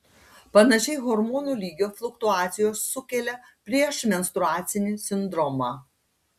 panašiai hormonų lygio fluktuacijos sukelia priešmenstruacinį sindromą